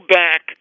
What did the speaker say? back